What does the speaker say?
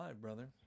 Brother